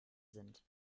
sind